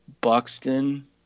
Buxton